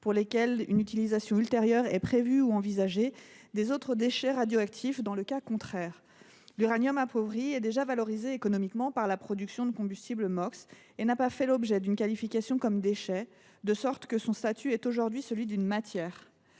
pour lesquelles une utilisation ultérieure est prévue ou envisagée. L’uranium appauvri est déjà valorisé économiquement par la production de combustible MOX et n’a pas fait l’objet d’une qualification comme déchet, de sorte que son statut est aujourd’hui celui d’une matière.